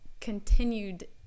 Continued